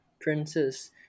princess